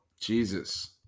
Jesus